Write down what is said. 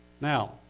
Now